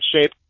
shape